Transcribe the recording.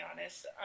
honest